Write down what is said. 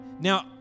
Now